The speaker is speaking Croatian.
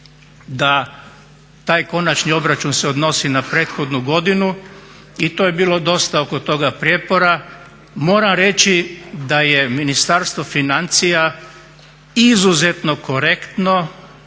da taj konačni obračun se odnosi na prethodnu godinu i to je bilo dosta oko toga prijepora. Moram reći da je Ministarstvo financija izuzetno korektno